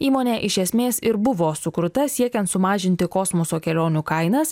įmonė iš esmės ir buvo sukurta siekiant sumažinti kosmoso kelionių kainas